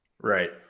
Right